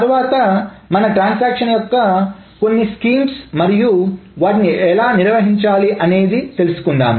తర్వాత మన ట్రాన్సాక్షన్ యొక్క కొన్ని స్కీమ్స్ మరియు వాటిని ఎలా నిర్వహించాలి అనేది తెలుసుకుందాం